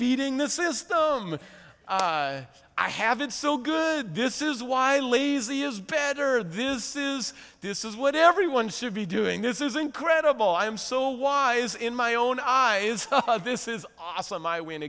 beating this is the moment i have been so good this is why lazy is better this is this is what everyone should be doing this is incredible i'm so wise in my own eyes this is awesome i win